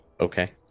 Okay